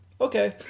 Okay